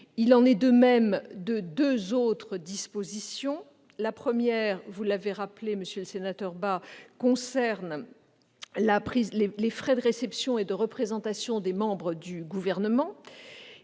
Il en est de même de deux autres dispositions. La première, vous l'avez rappelé, monsieur Bas, concerne les frais de réception et de représentation des membres du Gouvernement.